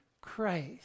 Christ